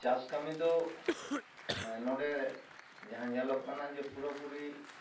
ᱪᱟᱥ ᱠᱟᱹᱢᱤ ᱫᱚ ᱱᱚᱰᱮ ᱡᱟᱦᱟᱸ ᱧᱮᱞᱚᱜ ᱠᱟᱱᱟ ᱡᱮ ᱯᱩᱨᱟᱹᱯᱩᱨᱤ